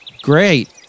Great